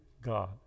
God